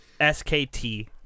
SKT